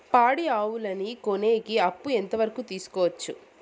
పాడి ఆవులని కొనేకి అప్పు ఎంత వరకు తీసుకోవచ్చు?